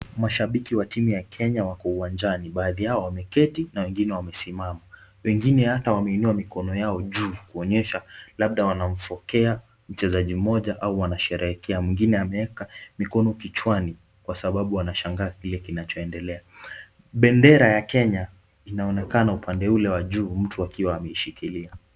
Mashabiki wa timu ya Kenya wako uwanjani baadhi yao wameketi na wengine wamesimama wengine hata wameinua mikono yao juu kuonyesha labda wanamfokea mchezaji mmoja au wanasherehekea. Mwingine ameeka mikono kichwani kwa sababu anashangaa kile kinachoendelea . Bendera ya Kenya inaonekana upande ule wa juu mtu akiwa ameishikilia.